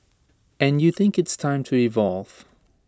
and you think it's time to evolve